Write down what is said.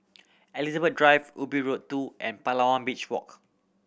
Elizabeth Drive Ubi Road Two and Palawan Beach Walk